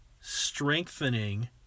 strengthening